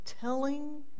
telling